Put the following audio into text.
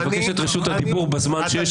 אני מבקש את רשות הדיבור בזמן שיש,